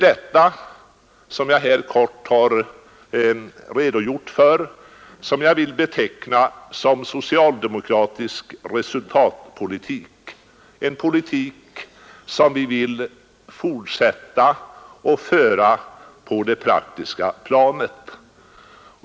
Det som jag här helt kort har redogjort för vill jag beteckna såsom socialdemokratisk resultatpolitik, en politik som vi vill fortsätta att föra på det praktiska planet.